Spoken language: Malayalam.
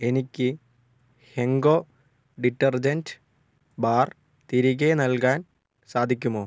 എനിക്ക് ഹെങ്കോ ഡിറ്റർജൻറ് ബാർ തിരികെ നൽകാൻ സാധിക്കുമോ